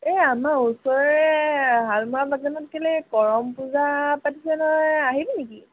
এই আমাৰ ওচৰৰে শালমৰা বাগানত কেলৈ কৰম পূজা পাতিছে নহয় আহিবি নেকি